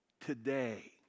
today